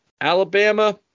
Alabama